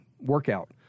workout